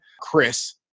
Chris